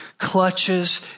clutches